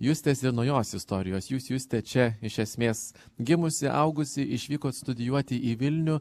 justės ir naujos istorijos jūs juste čia iš esmės gimusi augusi išvykot studijuoti į vilnių